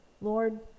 Lord